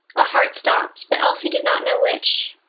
a heart stopped, but elsie did not know which.